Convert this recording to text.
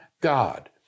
God